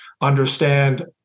understand